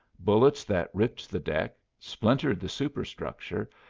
bullets that ripped the deck, splintered the superstructure,